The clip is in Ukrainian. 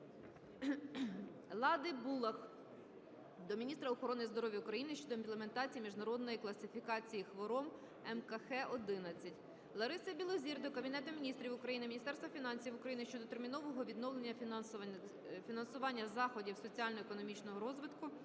Лади Булах до міністра охорони здоров'я України щодо імплементації Міжнародної класифікації хвороб (МКХ-11). Лариси Білозір до Кабінету Міністрів України, Міністерства фінансів України щодо термінового відновлення фінансування заходів соціально-економічного розвитку